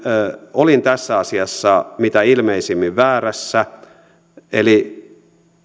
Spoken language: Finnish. olin tässä asiassa mitä ilmeisimmin väärässä eli